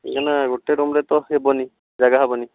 କାହିଁକି ନା ଗୋଟିଏ ରୁମ୍ରେ ତ ହେବନି ଜାଗା ହେବନି